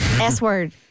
S-word